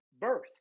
birth